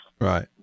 Right